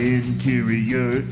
interior